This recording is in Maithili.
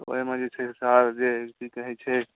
ओहिमे जे छै सर की कहे छै